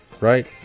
right